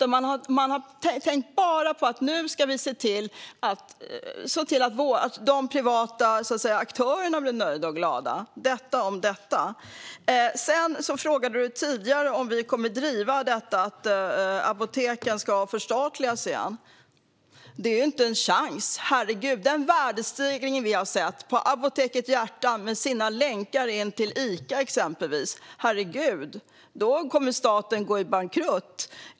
I stället har man bara tänkt på att de privata aktörerna ska vara nöjda och glada. Anders W Jonsson frågade också om vi kommer att driva att apoteken ska förstatligas igen. Nej, det finns inte en chans att göra detta med den värdestegring som vi har sett när det gäller exempelvis Apoteket Hjärtat, med länkar till Ica - herregud, då skulle staten gå bankrutt!